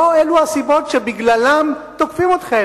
לא אלו הסיבות שבגללן תוקפים אתכם.